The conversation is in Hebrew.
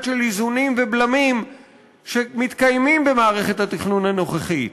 של איזונים ובלמים שמתקיימים במערכת התכנון הנוכחית,